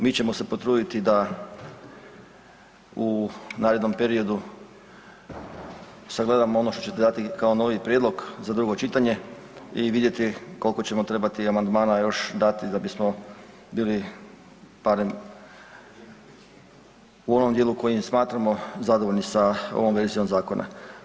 Mi ćemo se potruditi da u narednom periodu sagledamo ono što ćete dati kao novi prijedlog za drugo čitanje i vidjeti koliko ćemo trebati amandmana još dati da bismo bili barem u onom dijelu koji smatramo zadovoljni sa ovom verzijom zakona.